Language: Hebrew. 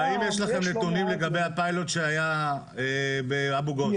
האם יש לכם נתונים לגבי הפיילוט שהיה באבו גוש?